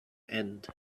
end